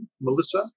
Melissa